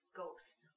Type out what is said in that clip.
ghost